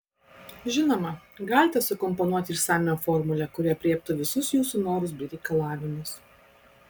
žinoma galite sukomponuoti išsamią formulę kuri aprėptų visus jūsų norus bei reikalavimus